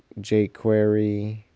jQuery